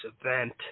event